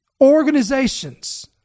organizations